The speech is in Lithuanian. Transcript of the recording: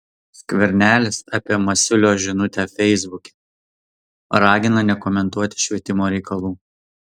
skvernelis apie masiulio žinutę feisbuke ragina nekomentuoti švietimo reikalų